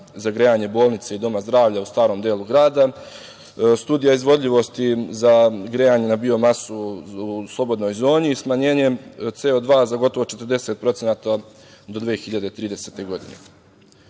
za grejanje bolnice i doma zdravlja u starom delu grada. Studija izvodljivosti za grejanje na biomasu u slobodnoj zoni, smanjenje CO2 za gotovo 40% do 2030. godine. Ovo